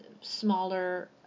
smaller